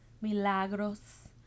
Milagros